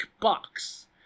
box